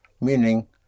meaning